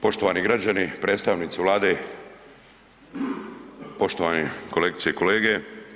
Poštovani građani, predstavnici Vlade, poštovani kolegice i kolege.